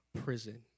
prison